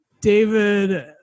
David